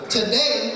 today